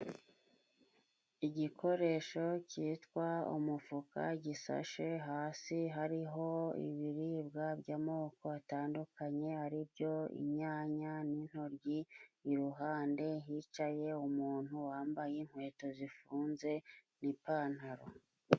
Igikoresho cyitwa umufuka gisashe hasi, hariho ibiribwa by'amoko atandukanye ari byo, inyanya n'intoryi, iruhande hicaye umuntu wambaye inkweto zifunze n'ipantaro.